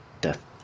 Death